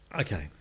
Okay